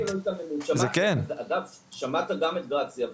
שמעת גם את גרציה,